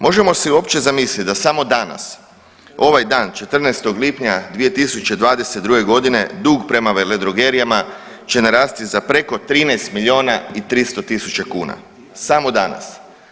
Možemo si uopće zamisliti da samo danas ovaj dan 14. lipnja 2022. godine dug prema veledrogerijama će narasti za preko 13 miliona i 300 tisuća kuna, samo danas.